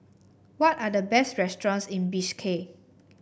what are the best restaurants in Bishkek